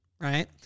right